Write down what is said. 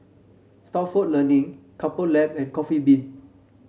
Stalford Learning Couple Lab and Coffee Bean